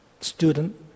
student